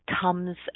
comes